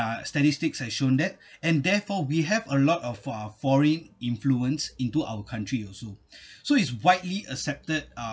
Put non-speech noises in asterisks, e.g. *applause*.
statistics have shown that and therefore we have a lot of for~ foreign influence into our country also *breath* so it's widely accepted uh